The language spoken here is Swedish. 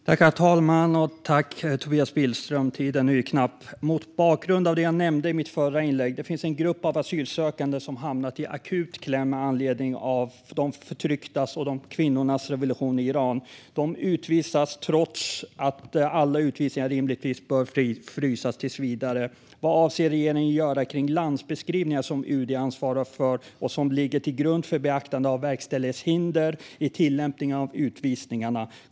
Herr talman! Jag vill tacka Tobias Billström. Tiden är knapp. Mot bakgrund av det jag nämnde i min fråga vill jag nämna att det finns en grupp asylsökande som har hamnat i akut kläm med anledning av de förtrycktas och kvinnornas revolution i Iran. De utvisas trots att alla utvisningar rimligtvis bör frysas tills vidare. Vad avser regeringen att göra när det gäller de landsbeskrivningar som UD ansvarar för och som ligger till grund för beaktande av verkställighetshinder i tillämpningen av utvisningarna?